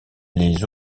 les